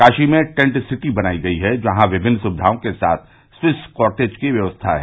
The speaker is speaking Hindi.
काशी में टेंट सिटी बनाई गई जहां विभिन्न सुविधाओं के साथ स्विस कॉटेज की व्यवस्था है